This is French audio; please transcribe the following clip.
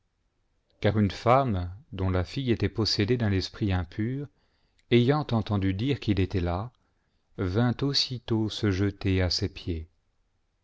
car une femme dont la fille était possédée d'un esprit impur ayant entendu dire qu'il était là vint aussitôt se jeter à ses pieds